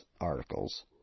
articles